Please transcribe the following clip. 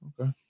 Okay